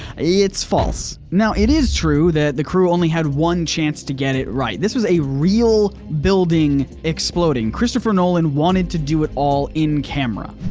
it's false. now, it is true that the crew only had one chance to get it right, this was a real building exploding. christopher nolan wanted to do it all in camera.